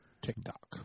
TikTok